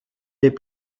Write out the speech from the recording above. des